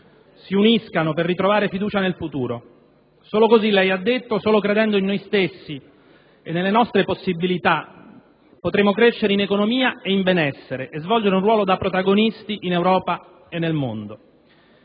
si uniscano per ritrovare fiducia nel futuro. Solo così, lei ha detto, solo credendo in noi stessi e nelle nostre possibilità, potremo crescere in economia e in benessere e svolgere un ruolo da protagonisti in Europa e nel mondo.